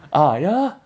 ah ya lah